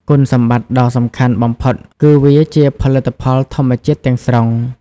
គុណសម្បត្តិដ៏សំខាន់បំផុតគឺវាជា ផលិតផលធម្មជាតិ ទាំងស្រុង។